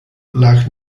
lag